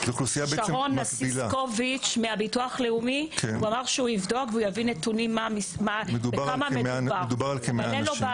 שרון אסיסקוביץ מהביטוח הלאומי יבדוק בכמה מדובר ויביא נתונים.